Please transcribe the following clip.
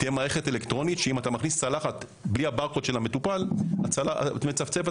תהיה מערכת אלקטרונית וכשאתה תכניס צלחת בלי הברקוד של המטופל זה יצפצף,